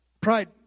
Pride